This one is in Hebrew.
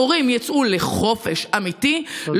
המורים יצאו לחופש אמיתי,